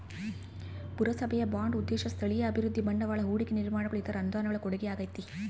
ಪುರಸಭೆಯ ಬಾಂಡ್ ಉದ್ದೇಶ ಸ್ಥಳೀಯ ಅಭಿವೃದ್ಧಿ ಬಂಡವಾಳ ಹೂಡಿಕೆ ನಿರ್ಮಾಣಗಳು ಇತರ ಅನುದಾನಗಳ ಕೊಡುಗೆಯಾಗೈತೆ